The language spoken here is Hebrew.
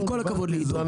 עם כל הכבוד לעידו.